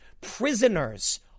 prisoners